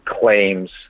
claims